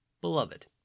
Beloved